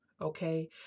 Okay